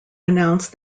announced